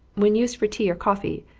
when used for tea or coffee,